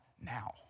now